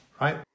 Right